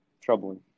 troubling